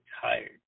tired